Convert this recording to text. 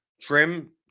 Trim